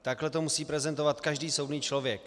Tak to musí prezentovat každý soudný člověk.